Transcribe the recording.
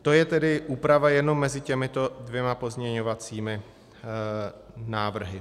To je tedy úprava jenom mezi těmito dvěma pozměňovacími návrhy.